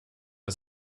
ist